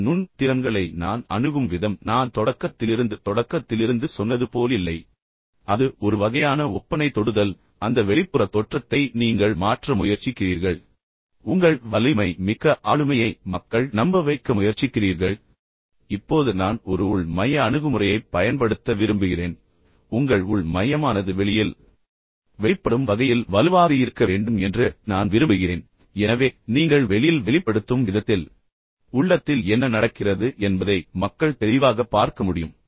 இந்த நுண் திறன்களை நான் அணுகும் விதம் நான் தொடக்கத்திலிருந்து தொடக்கத்திலிருந்து சொன்னது போல் இல்லை அது உங்களிடம் இருக்கும் ஒரு வகையான ஒப்பனை தொடுதல் அந்த வெளிப்புற தோற்றத்தை நீங்கள் மாற்ற முயற்சிக்கிறீர்கள் மாற்றுவதன் மூலம் நீங்கள் மிகவும் வலிமை மிக்க ஆளுமையை என்று மக்களை நம்ப வைக்க முயற்சிக்கிறீர்கள் இப்போது நான் ஒரு உள் மைய அணுகுமுறையைப் பயன்படுத்த விரும்புகிறேன் உங்கள் உள் மையமானது வெளியில் வெளிப்படும் வகையில் வலுவாக இருக்க வேண்டும் என்று நான் விரும்புகிறேன் எனவே நீங்கள் வெளியில் வெளிப்படுத்தும் விதத்தில் உள்ளத்தில் என்ன நடக்கிறது என்பதை மக்கள் தெளிவாகப் பார்க்க முடியும்